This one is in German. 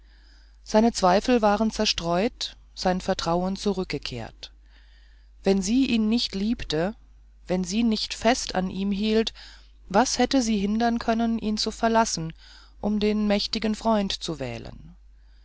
seine zweifel waren zerstreut sein vertrauen zurückgekehrt wenn sie ihn nicht liebte wenn sie nicht fest an ihm hielt was hätte sie gehindert ihn zu verlassen um den mächtigen freund zu wählen